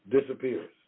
disappears